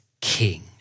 king